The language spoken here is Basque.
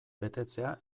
betetzea